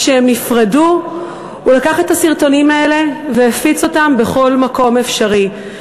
כשהם נפרדו הוא לקח את הסרטונים האלה והפיץ אותם בכל מקום אפשרי.